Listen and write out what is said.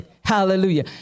Hallelujah